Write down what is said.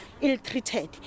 ill-treated